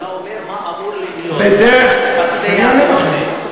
אתה אומר מה אמור להיות, מה שמתבצע זה לא זה.